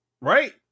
right